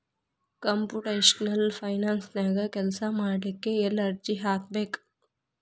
Computational ಫೈನಾನ್ಸನ್ಯಾಗ ಕೆಲ್ಸಾಮಾಡ್ಲಿಕ್ಕೆ ಎಲ್ಲೆ ಅರ್ಜಿ ಹಾಕ್ಬೇಕು?